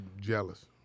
jealous